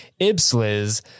Ibsliz